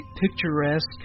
picturesque